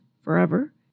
forever